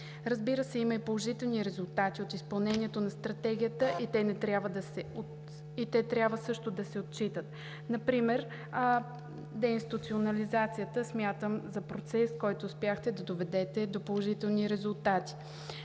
Разбира се, има и положителни резултати от изпълнението на Стратегията и те трябва също да се отчитат. Например, смятам деинституционализацията за процес, който успяхте да доведете до положителни резултати.